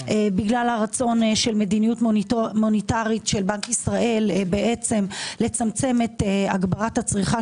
בגלל הרצון של מדיניות מוניטרית של בנק ישראל בעצם לצמצם את הגברת הצמיחה